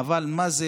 אבל מה זה